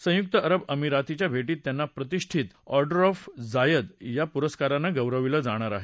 संयुक्त अरब अमिराती च्या भेटीत त्यांना प्रतिष्ठीत ऑर्डर ऑफ झायाद या पुरस्कारांनं गौरविलं जाणार आहे